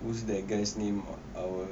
who's that guy's name our